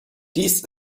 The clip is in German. dies